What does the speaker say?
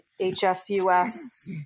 HSUS